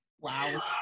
wow